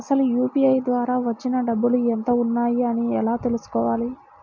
అసలు యూ.పీ.ఐ ద్వార వచ్చిన డబ్బులు ఎంత వున్నాయి అని ఎలా తెలుసుకోవాలి?